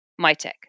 MyTech